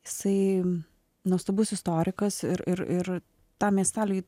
jisai nuostabus istorikas ir ir ir tam miesteliui